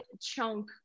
chunk